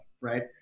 right